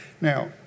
Now